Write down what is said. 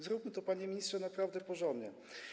Zróbmy to, panie ministrze, naprawdę porządnie.